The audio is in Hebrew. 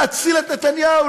להציל את נתניהו,